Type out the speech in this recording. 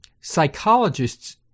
Psychologists